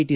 T